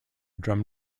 drum